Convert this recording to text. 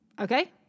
Okay